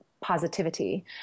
positivity